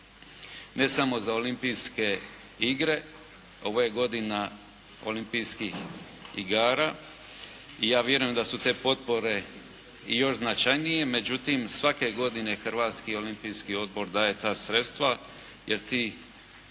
ne samo za olimpijske igre, ovo je godina olimpijskih igara. I ja vjerujem da su te potpore i još značajnije, međutim svake godine Hrvatski olimpijski odbor daje ta sredstva jer ti mladi